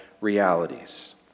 realities